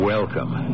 Welcome